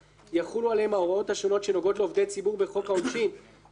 יחולו עליהם ההוראות השונות שנוגעות לעובדי ציבור בחוק העונשין - שוחד,